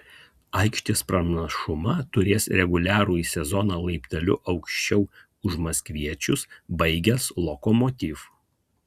aikštės pranašumą turės reguliarųjį sezoną laipteliu aukščiau už maskviečius baigęs lokomotiv